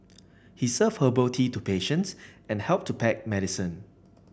he served herbal tea to patients and helped to pack medicine